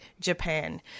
Japan